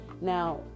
Now